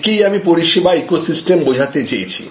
একেই আমি পরিষেবা ইকোসিস্টেম বোঝাতে চেয়েছি